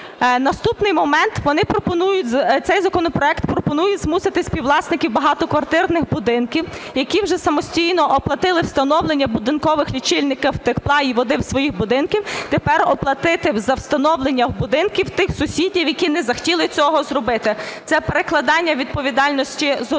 вони пропонують, цей законопроект пропонує змусити співвласників багатоквартирних будинків, які вже самостійно оплатили встановлення будинкових лічильників тепла і води в своїх будинках, тепер оплатити за встановлення в будинках тих сусідів, які не захотіли цього зробити – це перекладання відповідальності з одних